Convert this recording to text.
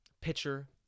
pitcher